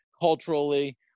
culturally